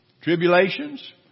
tribulations